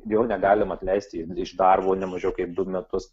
jo negalima atleisti iš darbo ne mažiau kaip du metus